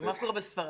ומה קורה בספרד?